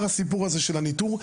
אצלי הסיפור של הניטור,